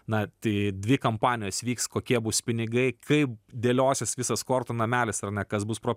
na tai dvi kampanijos vyks kokie bus pinigai kaip dėliosis visas kortų namelis ar ne kas bus pro